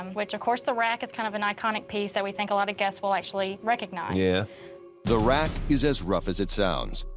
um which, of course, the rack is kind of an iconic piece that we think a lot of guests will actually recognize. yeah. narrator the rack is as rough as it sounds.